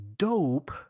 dope